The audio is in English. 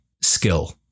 skill